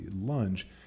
lunge